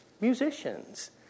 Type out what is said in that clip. musicians